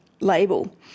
label